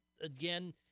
again